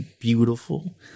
beautiful